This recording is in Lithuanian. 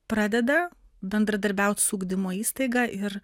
pradeda bendradarbiaut su ugdymo įstaiga ir